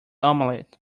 omelette